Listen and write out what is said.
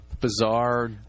bizarre